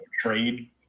trade